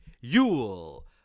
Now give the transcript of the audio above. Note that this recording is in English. Yule